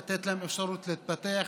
לתת להם אפשרות להתפתח,